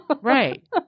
Right